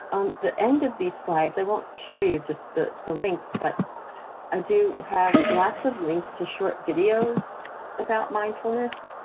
on the end of these slides, i won't show you just the the links, but i do have lots of links to short videos about mindfulness,